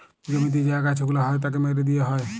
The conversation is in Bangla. জমিতে যে আগাছা গুলা হ্যয় তাকে মেরে দিয়ে হ্য়য়